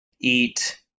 eat